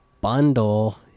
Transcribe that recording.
bundle